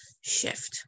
shift